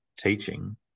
teaching